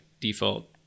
default